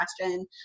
question